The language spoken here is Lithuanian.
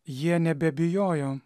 jie nebebijojo